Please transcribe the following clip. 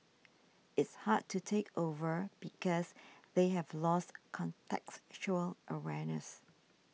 it's hard to take over because they have lost contextual awareness